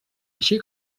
així